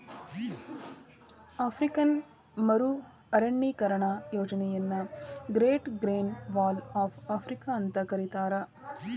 African ಮರು ಅರಣ್ಯೇಕರಣ ಯೋಜನೆಯನ್ನ great green wall of Africa ಅಂತ ಕರೇತಾರ